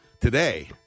Today